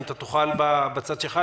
אם תוכל להסדיר בצד שלך.